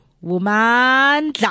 woman